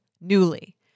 Newly